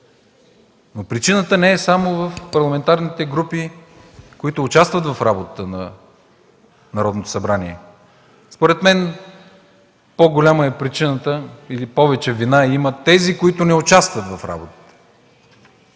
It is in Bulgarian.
Причината не е само в парламентарните групи, които участват в работата на Народното събрание. Според мен по-голяма е причината или повече вина имат тези, които не участват в работата.